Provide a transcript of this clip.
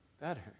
better